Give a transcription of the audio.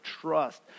trust